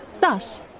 Thus